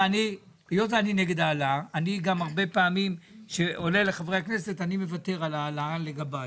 הרבה פעמים כשיש העלאה לחברי הכנסת אני מוותר על העלאה לגביי.